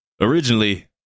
originally